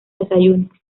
desayunos